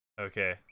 Okay